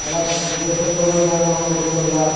अलाए विदेशनि मां बि ईंदा आहिनि माण्हू ॾिसण लाइ